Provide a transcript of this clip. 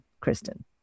Kristen